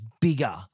bigger